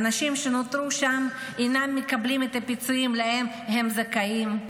האנשים שנותרו שם אינם מקבלים את הפיצויים שהם זכאים להם.